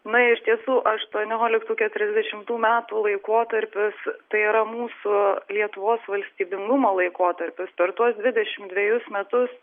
na iš tiesų aštuonioliktų keturiasdešimtų metų laikotarpis tai yra mūsų lietuvos valstybingumo laikotarpis per tuos dvidešimt dvejus metus